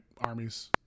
armies